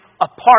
apart